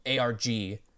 ARG